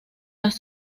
las